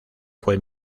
fue